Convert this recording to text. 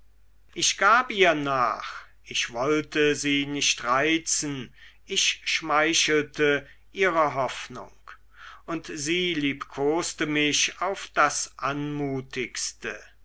ich gab ihr nach ich wollte sie nicht reizen ich schmeichelte ihrer hoffnung und sie liebkoste mich auf das anmutigste